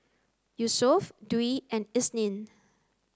Yusuf Dwi and Isnin